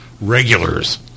regulars